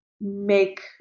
make